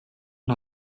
und